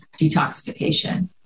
detoxification